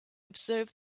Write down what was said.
observe